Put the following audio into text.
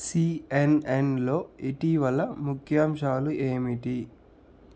సిఎన్ఎన్లో ఇటీవల ముఖ్యాంశాలు ఏమిటి